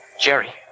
Jerry